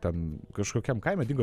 ten kažkokiam kaime dingo